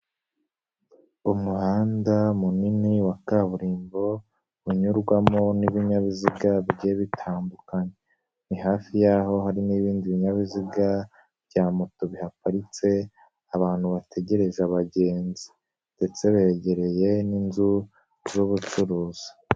Umuhanda munini wa kaburimbo, unyurwamo n'ibinyabiziga bigiye bitandukanye. Ni hafi y'aho hari n'ibindi binyabiziga bya moto biparitse, abantu bategereje abagenzi ndetse begereye n'inzu z'ubucuruzi.